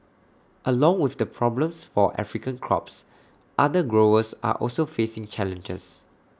along with the problems for African crops other growers are also facing challenges